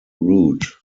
route